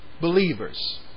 believers